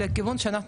אז אנא מכם